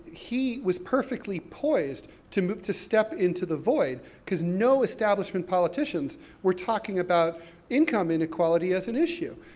he was perfectly poised to move, to step into the void, because no establishment politicians were talking about income inequality as an issue.